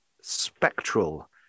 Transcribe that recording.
spectral